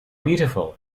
beautiful